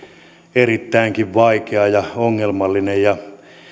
erittäinkin vaikea ja ongelmallinen